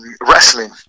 wrestling